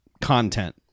content